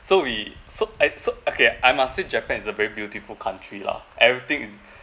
so we so I so okay I must say japan is a very beautiful country lah everything is